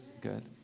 Good